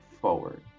forward